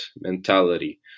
mentality